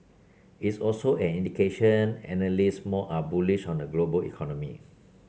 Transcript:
it's also an indication analysts more are bullish on the global economy